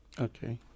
Okay